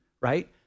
right